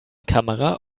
kamera